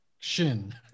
Shin